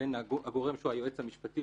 בין הגורם שהוא היועץ המשפטי,